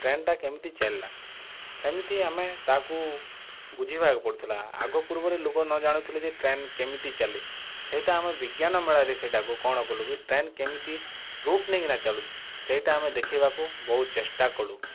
ଟ୍ରେନ୍ଟା କେମିତି ଚାଲିଲା ସେମିତି ଆମେ ତା'କୁ ବୁଝେଇବାକୁ ପଡ଼ୁଥିଲା ଆଗ ପୂର୍ବରେ ଲୋକ ନ ଜାଣୁଥିଲେ ଯେ ଟ୍ରେନ୍ କେମିତି ଚାଲେ ସେଇଟା ଆମେ ବିଜ୍ଞାନ ମେଳାରେ ସେଇଟାକୁ କ'ଣ କଲୁ କି ଟ୍ରେନ୍ କେମିତି ରୁଟ୍ ନେଇକିନା ଚାଲୁଛି ସେଇଟା ଆମେ ଦେଖେଇବାକୁ ବହୁତ୍ ଚେଷ୍ଟା କଲୁ